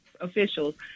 officials